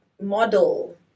model